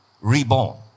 reborn